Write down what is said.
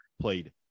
played